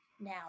now